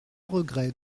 regret